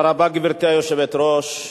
גברתי היושבת-ראש,